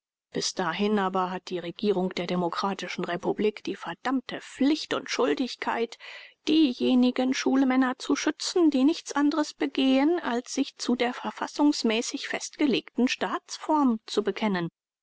bis dahin aber hat die regierung der demokratischen republik die verdammte pflicht und schuldigkeit diejenigen schulmänner zu schützen die nichts anderes begehen als sich zu der verfassungsmäßig festgelegten staatsform zu bekennen